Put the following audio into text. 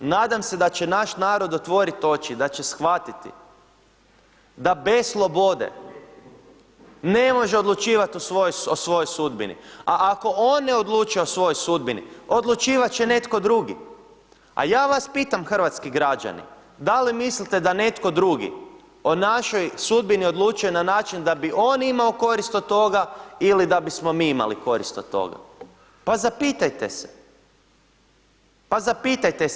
Nadam se da će naš narod otvorit oči i da će shvatiti da bez slobode ne može odlučivat o svojoj sudbini, a ako on ne odlučuje o svojoj sudbini, odlučivat će netko drugi, a ja vas pitam hrvatski građani, da li mislite da netko drugi o našoj sudbini odlučuje na način da bi on imao korist od toga ili da bismo mi imali korist od toga, pa zapitajte se, pa zapitajte se.